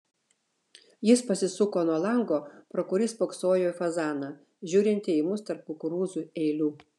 jis pasisuko nuo lango pro kurį spoksojo į fazaną žiūrintį į mus tarp kukurūzų eilių